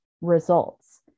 results